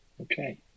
Okay